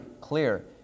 clear